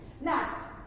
Now